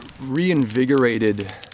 reinvigorated